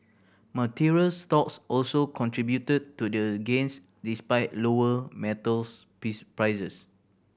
materials stocks also contributed to the gains despite lower metals piece prices